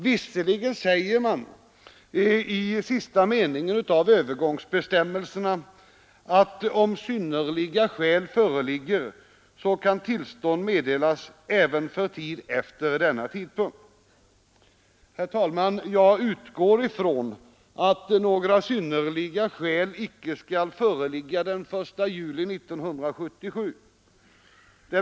Visserligen säger man i sista meningen av övergångsbestämmelserna att om synnerliga skäl föreligger, så kan tillstånd meddelas även för tid efter denna tidpunkt. Herr talman! Jag utgår från att några synnerliga skäl icke skall föreligga den 1 juli 1977.